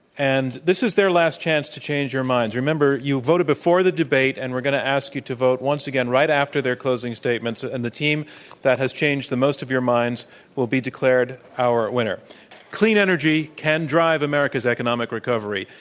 and this is their last chance to change your minds. remember you voted before the debate and we're going to ask you to vote once again right after their closing statements. and the team that has changed the most of your minds will be declared our motion is clean energy can drive america's economic recovery.